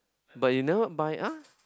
but you never buy !huh!